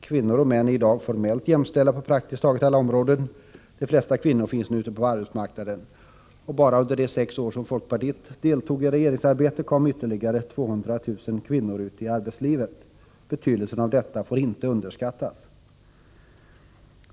Kvinnor och män är i dag formellt jämställda på praktiskt taget alla områden. De flesta kvinnor finns nu ute på arbetsmarknaden. Bara under de sex år som folkpartiet deltog i regeringsarbetet kom ytterligare 200 000 kvinnor ut i arbetslivet. Betydelsen av detta får inte underskattas.